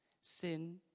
Sin